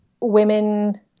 women